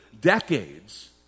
decades